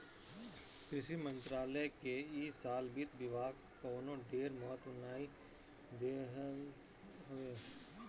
कृषि मंत्रालय के इ साल वित्त विभाग कवनो ढेर महत्व नाइ देहलस हवे